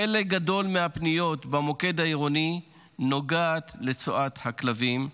חלק גדול מהפניות במוקד העירוני נוגע לצואת הכלבים,